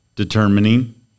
determining